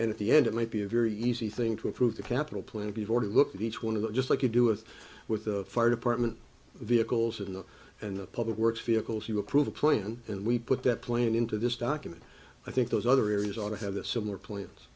and at the end it might be a very easy thing to improve the capital plan before to look at each one of them just like you do it with the fire department vehicles in them and the public works vehicles you approve a plan and we put that plan into this document i think those other areas ought to have a similar plan